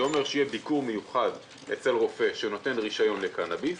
שזה ביקור מיוחד אצל רופא שנותן רישיון לקנאביס.